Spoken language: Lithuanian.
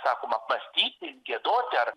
sakoma apmąstyti giedoti ar